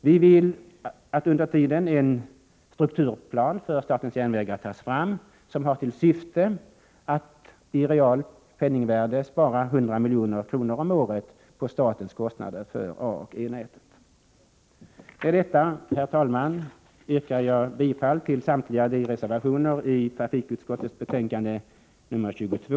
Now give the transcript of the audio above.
Vi vill att man under tiden tar fram en strukturplan för statens järnvägar som har till syfte att spara 100 miljoner om året i realt penningvärde på statens kostnader för A och E-nätet, Herr talman! Med det anförda yrkar jag bifall till samtliga moderatreservationer som är fogade till trafikutskottets betänkande 22.